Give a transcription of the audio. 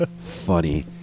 funny